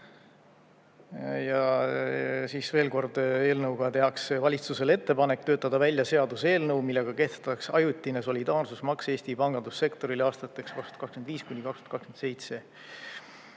Ja siis, veel kord, eelnõuga tehakse valitsusele ettepanek töötada välja seaduseelnõu, millega kehtestatakse ajutine solidaarsusmaks Eesti pangandussektorile aastateks 2025–2027.